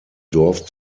dorf